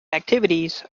activities